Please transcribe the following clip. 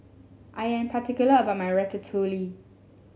I am particular about my Ratatouille